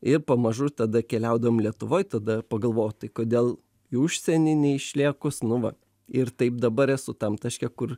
ir pamažu tada keliaudavom lietuvoj tada pagalvojau tai kodėl į užsienį neišlėkus nu va ir taip dabar esu tam taške kur